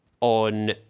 on